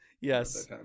Yes